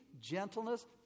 gentleness